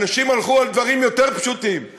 אנשים הלכו על דברים יותר פשוטים.